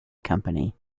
company